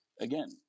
again